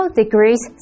degrees